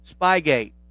Spygate